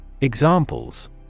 Examples